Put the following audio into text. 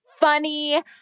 funny